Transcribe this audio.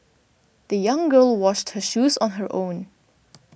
the young girl washed her shoes on her own